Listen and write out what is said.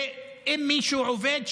ואם מישהו עובד,